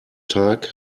tag